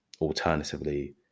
alternatively